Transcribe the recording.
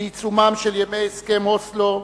בעיצומם של ימי הסכם אוסלו,